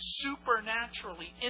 supernaturally